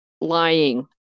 lying